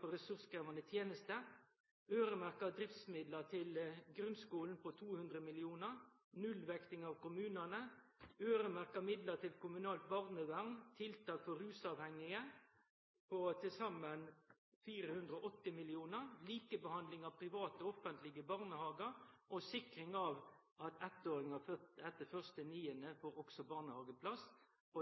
på ressurskrevjande tenester, øyremerkte driftsmidlar til grunnskulen på 200 mill. kr, nullvekting av kommunane, øyremerkte midlar til kommunalt barnevern, tiltak for rusavhengige på til saman 480 mill. kr, likebehandling av private og offentlege barnehagar og sikring av at eittåringar fødde etter 1. september også får barnehageplass –